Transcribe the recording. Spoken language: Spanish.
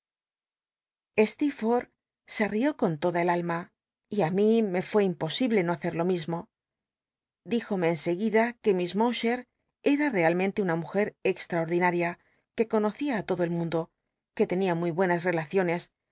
stecrforth se rió con toda el alma y fué imposible no hacer lo mi mo dijomc en se guida que miss lowcher era realmente una mujea extraoa dinaria que conocía á lodo el mundo que tenia mu buenas relaciones